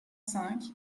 cinq